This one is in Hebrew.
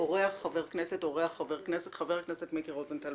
הכנסת מיקי רוזנטל,